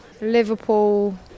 Liverpool